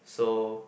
so